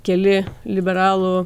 keli liberalų